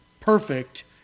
perfect